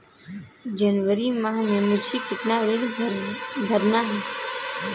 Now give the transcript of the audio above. जनवरी माह में मुझे कितना ऋण भरना है?